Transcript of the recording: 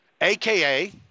AKA